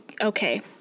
Okay